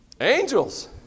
angels